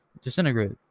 disintegrate